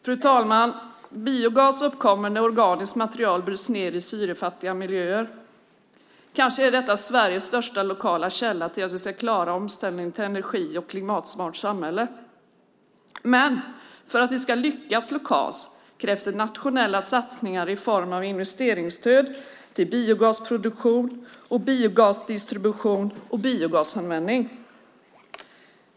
Fru talman! Biogas uppkommer när organiskt material bryts ned i syrefattiga miljöer. Kanske är detta Sveriges största lokala källa när det gäller att klara omställningen till ett energi och klimatsmart samhälle. För att vi ska lyckas lokalt krävs nationella satsningar i form av investeringsstöd till biogasproduktion, biogasdistribution och biogasanvändning.